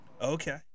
Okay